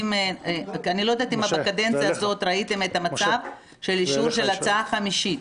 אני לא יודעת אם בקדנציה הזאת ראיתם את המצב של אישור של הצעה חמישית.